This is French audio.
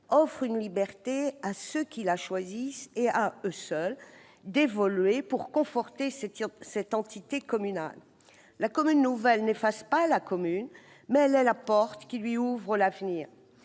offre la liberté à ceux qui la choisissent et à eux seuls d'évoluer pour conforter cette entité communale. La commune nouvelle n'efface pas la commune, mais elle est la porte qui lui ouvre l'avenir.